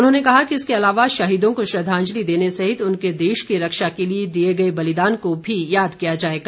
उन्होंने कहा कि इसके अलावा शहीदों को श्रद्धांजलि देने सहित उनके देश की रक्षा के लिए दिए गए बलिदानों को भी याद किया जाएगा